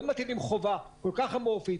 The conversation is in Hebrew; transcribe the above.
לא מטילים חובה כל-כך אמורפית,